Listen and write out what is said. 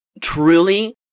truly